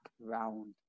round